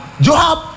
Joab